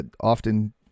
often